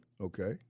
Okay